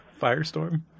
Firestorm